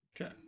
Okay